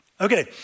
Okay